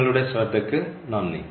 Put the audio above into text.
നിങ്ങളുടെ ശ്രദ്ധയ്ക്ക് നന്ദി